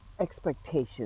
expectations